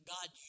God